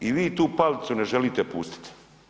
I vi tu palicu ne želite pustiti.